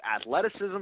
athleticism